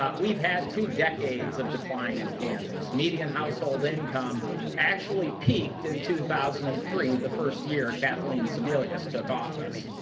but we've had two decades of decline in kansas. median household income actually peaked in two thousand and three, the first year kathleen sebelius took office.